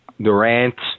Durant